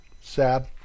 Sad